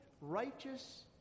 righteous